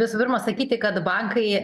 visų pirma sakyti kad bankai